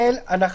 בסעיף 22כה(ג),